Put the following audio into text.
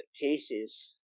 cases